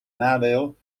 nadeel